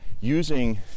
using